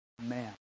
man